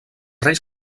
reis